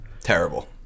terrible